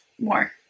more